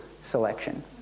selection